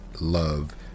love